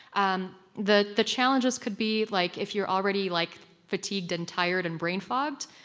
um the the challenges could be like if you're already like fatigued and tired and brain fogged,